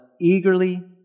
eagerly